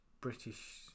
British